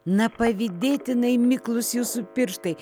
na pavydėtinai miklūs jūsų pirštai